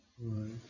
Right